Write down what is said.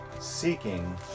seeking